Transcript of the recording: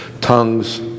tongues